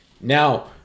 Now